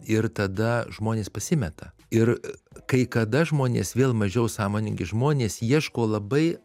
ir tada žmonės pasimeta ir kai kada žmonės vėl mažiau sąmoningi žmonės ieško labai